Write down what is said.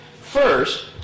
First